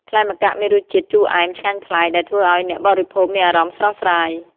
ផ្លែម្កាក់មានរសជាតិ ជូរអែម ឆ្ងាញ់ប្លែក ដែលធ្វើឲ្យអ្នកបរិភោគមានអារម្មណ៍ស្រស់ស្រាយ។